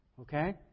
Okay